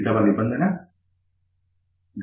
రెండవ నిబంధన Γins1